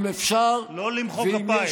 אם אפשר, לא למחוא כפיים.